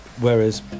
whereas